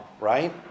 right